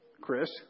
Chris